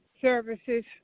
services